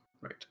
right